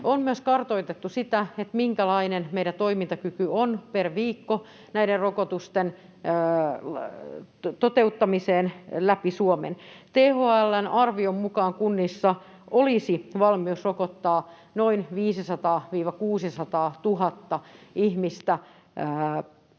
On myös kartoitettu sitä, minkälainen meidän toimintakyky on per viikko näiden rokotusten toteuttamiseen läpi Suomen. THL:n arvion mukaan kunnissa olisi valmius rokottaa noin 500 000—600 000 ihmistä